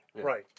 Right